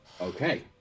okay